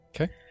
Okay